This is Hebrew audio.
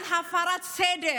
על הפרת סדר